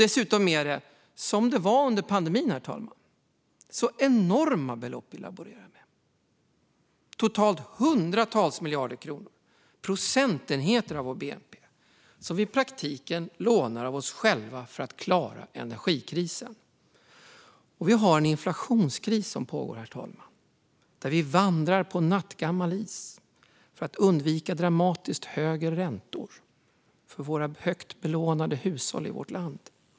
Dessutom är det nu liksom under pandemin sådana enorma belopp vi laborerar med, totalt hundratals miljarder kronor, procentenheter av vår bnp, som vi i praktiken lånar av oss själva för att klara energikrisen. Herr talman! Det pågår en inflationskris, där vi vandrar på nattgammal is för att undvika dramatiskt höjda räntor för våra högt belånade hushåll i vårt land.